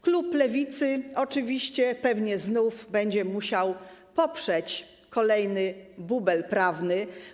Klub Lewicy oczywiście pewnie znów będzie musiał poprzeć kolejny bubel prawny.